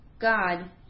God